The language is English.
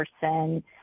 person